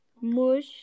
mush